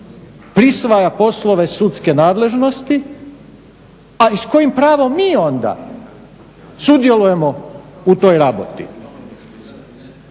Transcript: prisvaja poslove sudske nadležnosti, a i s kojim pravo mi onda sudjelujemo u toj raboti?